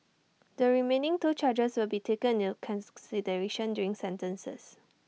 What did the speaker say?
the remaining two charges will be taken into consideration during sentencing